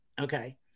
okay